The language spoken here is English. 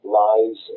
lies